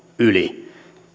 yli